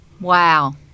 Wow